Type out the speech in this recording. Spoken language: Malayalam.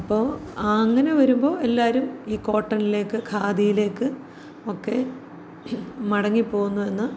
അപ്പോൾ ആ അങ്ങനെ വരുമ്പോൾ എല്ലാവരും ഈ കോട്ടണിലേക്ക് ഖാദിയിലേക്ക് ഒക്കെ മടങ്ങി പോവുന്നു എന്ന്